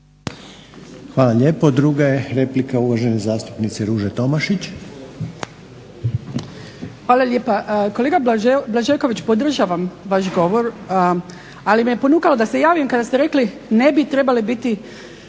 Hvala lijepo. Druga je replika uvažene zastupnice Ruže Tomašić. **Tomašić, Ruža (HSP AS)** Hvala lijepa. Kolega Blažeković, podržavam vaš govor ali me ponukalo da se javim kada ste rekli ne bi trebali biti